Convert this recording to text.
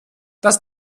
dass